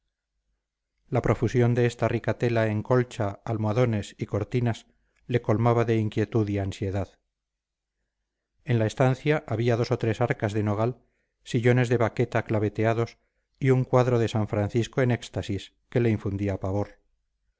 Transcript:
la profusión de esta rica tela en colcha almohadones y cortinas le colmaba de inquietud y ansiedad en la estancia había dos o tres arcas de nogal sillones de vaqueta claveteados y un cuadro de san francisco en éxtasis que le infundía pavor